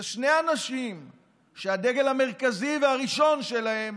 זה שני אנשים שהדגל המרכזי והראשון שלהם